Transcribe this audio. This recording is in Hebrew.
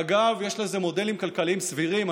ואגב, יש לזה מודלים כלכליים סבירים.